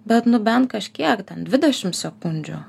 bet nu bent kažkiek ten dvidešim sekundžių